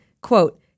quote